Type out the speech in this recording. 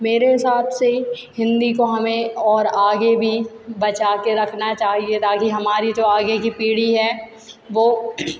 मेरे हिसाब से हिंदी को हमें और आगे भी बचा कर रखना चाहिए ताकि हमारी जो आगे की जो पीढ़ी है वह